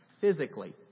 physically